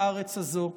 בארץ הזו,